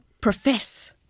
Profess